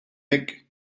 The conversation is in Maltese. hekk